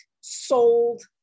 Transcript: sold